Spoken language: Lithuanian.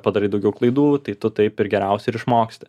padarai daugiau klaidų tai tu taip ir geriausia ir išmoksti